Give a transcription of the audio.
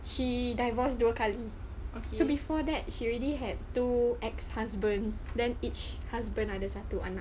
she divorced dua kali so before that she already had two ex husband's then each husband ada satu anak